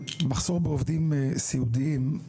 מחסור בעובדים סיעודיים,